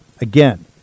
Again